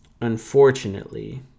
unfortunately